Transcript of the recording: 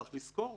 צריך זכור